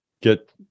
get